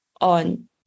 on